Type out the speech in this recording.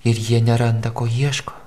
ir jie neranda ko ieško